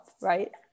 right